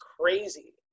crazy